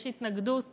יש התנגדות